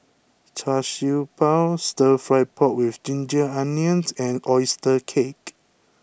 Char Siew Bao Stir Fry Pork with Ginger Onions and Oyster Cake